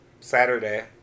Saturday